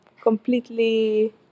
completely